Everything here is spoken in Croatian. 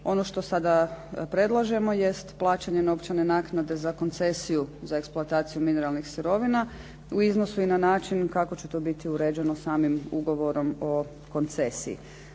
Ono što sada predlažemo jest plaćanje novčane naknade za koncesiju za eksploataciju mineralnih sirovina u iznosu i na način kako će to biti uređeno samim ugovorom o koncesiji.